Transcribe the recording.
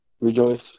Rejoice